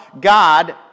God